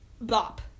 bop